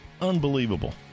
Unbelievable